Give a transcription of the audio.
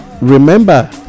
remember